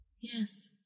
Yes